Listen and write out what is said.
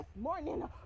morning